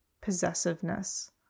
possessiveness